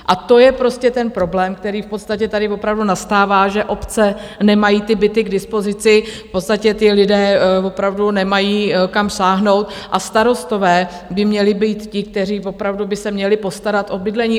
A to je ten problém, který v podstatě tady opravdu nastává, že obce nemají ty byty k dispozici, v podstatě ti lidé opravdu nemají kam sáhnout a starostové by měli být ti, kteří opravdu by se měli postarat o bydlení.